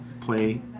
Play